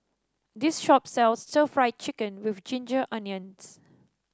this shop sells Stir Fried Chicken with Ginger Onions